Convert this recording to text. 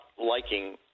liking